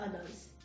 others